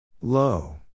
Low